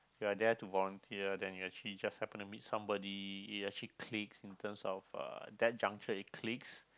you are there to volunteer then you actually just happen to meet somebody it actually clicks in terms of uh that juncture it clicks